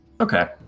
Okay